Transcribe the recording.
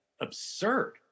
absurd